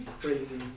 crazy